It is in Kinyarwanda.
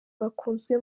bakunzwe